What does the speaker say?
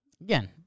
Again